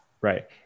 Right